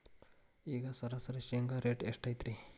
ಈಗ ಸರಾಸರಿ ಶೇಂಗಾ ರೇಟ್ ಎಷ್ಟು ಐತ್ರಿ?